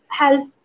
health